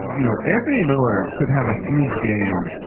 you know, anthony miller could have a huge game.